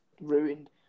ruined